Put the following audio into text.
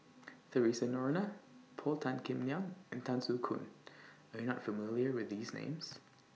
Theresa Noronha Paul Tan Kim Liang and Tan Soo Khoon Are YOU not familiar with These Names